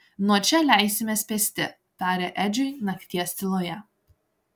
nuo čia leisimės pėsti tarė edžiui nakties tyloje